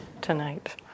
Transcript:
tonight